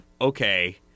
okay